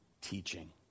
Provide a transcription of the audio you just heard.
teaching